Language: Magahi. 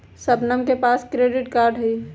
शबनम के पास क्रेडिट कार्ड हई